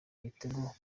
imitego